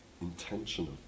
Intentional